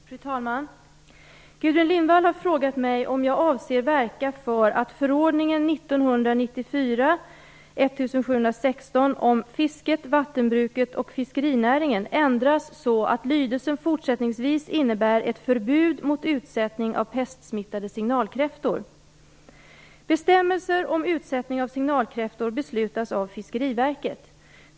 Fru talman! Gudrun Lindvall har frågat mig om jag avser verka för att förordningen om fisket, vattenbruket och fiskerinäringen ändras så att lydelsen fortsättningsvis innebär ett förbud mot utsättning av pestsmittade signalkräftor. Bestämmelser om utsättning av signalkräftor beslutas av Fiskeriverket.